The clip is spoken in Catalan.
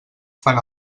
fan